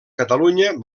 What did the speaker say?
catalunya